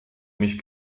mich